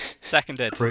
Seconded